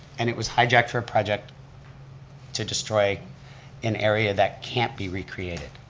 and it was hijacked for a project to destroy an area that can't be recreated.